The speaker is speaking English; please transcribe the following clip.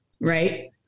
right